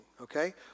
okay